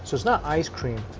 it's it's not ice cream.